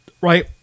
right